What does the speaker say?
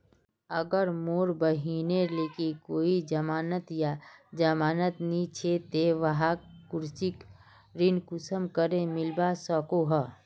अगर मोर बहिनेर लिकी कोई जमानत या जमानत नि छे ते वाहक कृषि ऋण कुंसम करे मिलवा सको हो?